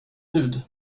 hud